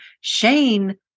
Shane